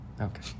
Okay